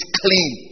clean